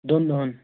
دۄن دۄہَن